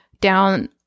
down